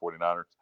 49ers